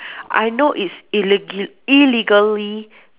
I know it's illegal~ illegally